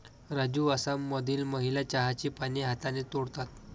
राजू आसाममधील महिला चहाची पाने हाताने तोडतात